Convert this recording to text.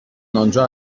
آنجا